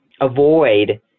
avoid